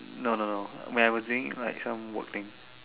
no no no when I was doing like some work thing